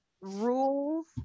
rules